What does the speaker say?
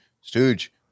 stooge